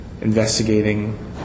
investigating